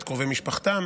את קרובי משפחתם.